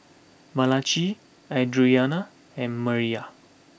Malachi Audriana and Amiyah